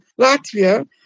Latvia